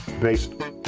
based